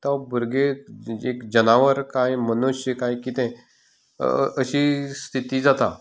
की तो भुरगें एक जनावर काय मनुश्य काय कितें अशी स्थिती जाता